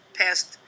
passed